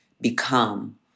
become